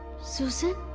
susan!